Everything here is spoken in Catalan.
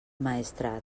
maestrat